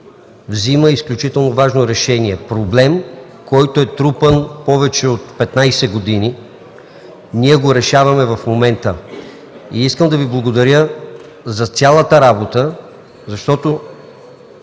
взема изключително важно решение. Проблем, трупан повече от 15 години, го решаваме в момента. Благодаря за цялата работа, защото